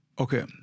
Okay